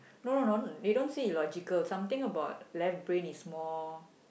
hold on they don't say logical something about left brain is more